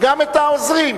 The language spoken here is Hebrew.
גם את העוזרים.